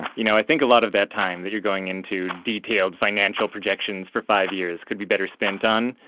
ah you know i think a lot of that time that you're going into detailed financial projections for five years could be better spent on